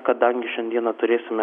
kadangi šiandieną turėsime